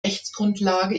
rechtsgrundlage